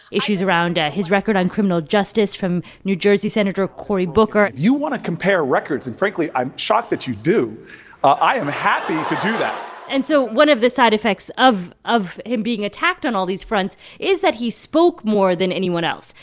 issues around ah his record on criminal justice from new jersey senator cory booker if you want to compare records and frankly, i'm shocked that you do i am happy to do that and so one of the side effects of of him being attacked on all these fronts is that he spoke more than anyone else.